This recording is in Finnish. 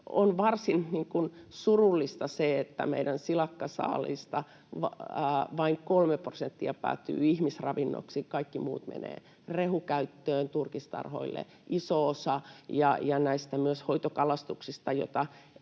on varsin surullista, että meidän silakkasaaliista vain kolme prosenttia päätyy ihmisravinnoksi. Kaikki muu menee rehukäyttöön, turkistarhoille iso osa, ja myös hoitokalastuksesta eli